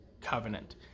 covenant